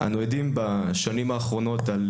אנו יודעים בשנים האחרונות על